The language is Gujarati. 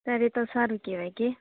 ત્યારે તો સારું કહેવાય કે